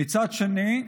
ומצד שני,